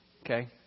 Okay